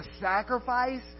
sacrifice